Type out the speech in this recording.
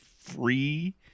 free